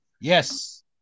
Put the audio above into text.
Yes